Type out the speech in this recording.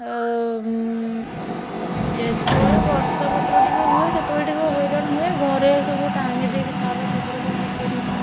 ଆଉ ଉଁ ଯେତେବେଳେ ବର୍ଷାପତ୍ର ଟିକେ ହୁଏ ସେତେବେଳେ ଟିକେ ହଇରାଣ ହୁଏ ଘରେ ସବୁ ଟାଙ୍ଗି ଦେଇକି ତାର ସେଥିରେ ସବୁ ଶୁଖାଇ ଦେଇଥାଉ